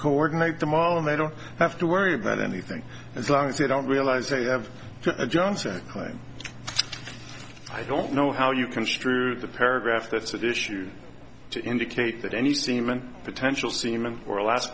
coordinate the mollen they don't have to worry about anything as long as they don't realize they have a johnson claim i don't know how you construe the paragraph that's at issue to indicate that any semen potential semen or a last